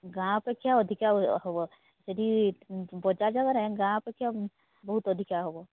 ଗାଁ ଅପେକ୍ଷା ଅଧିକା ହେବ ସେଇଠି ବଜାର ଜାଗାରେ ଗାଁ ଅପେକ୍ଷା ବହୁତ ଅଧିକା ହେବ